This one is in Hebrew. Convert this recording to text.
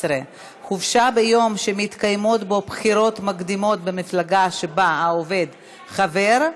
17) (חופשה ביום שמתקיימות בו בחירות מקדימות במפלגה שבה העובד חבר),